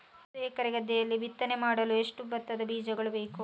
ಒಂದು ಎಕರೆ ಗದ್ದೆಯಲ್ಲಿ ಬಿತ್ತನೆ ಮಾಡಲು ಎಷ್ಟು ಭತ್ತದ ಬೀಜಗಳು ಬೇಕು?